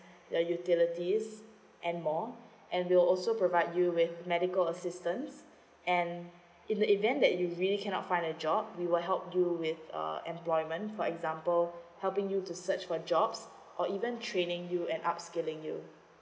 the utilities and more and we'll also provide you with medical assistance and in the event that you really cannot find a job we will help you with uh employment for example helping you to search for jobs or even training you and upskilling you